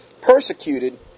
persecuted